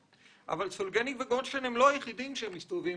סולגניק וגולדשטיין הם לא היחידים שמסתובבים.